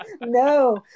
No